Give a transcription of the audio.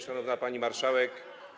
Szanowna Pani Marszałek!